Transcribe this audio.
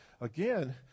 Again